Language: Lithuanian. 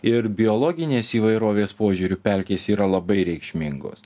ir biologinės įvairovės požiūriu pelkės yra labai reikšmingos